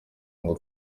ngo